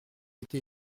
été